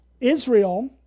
Israel